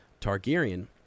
Targaryen